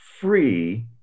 free